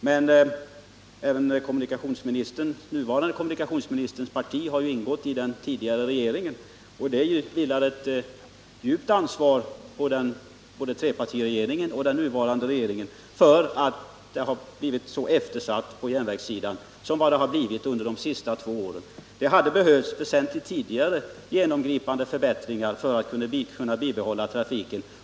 Men även den nuvarande kommunikationsministerns parti har ju ingått i den tidigare regeringen, och det vilar ett tungt ansvar på både trepartiregeringen och den nuvarande regeringen för att underhållet har blivit så eftersatt på järnvägssidan under de senaste två åren. Det hade behövts genomgripande förbättringar för att trafiken skulle kunna bibehållas.